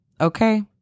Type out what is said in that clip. Okay